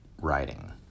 writing